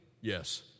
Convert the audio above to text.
yes